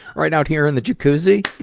right out here in the jacuzzi.